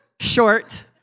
short